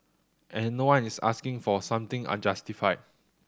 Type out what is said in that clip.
and no one is asking for something unjustified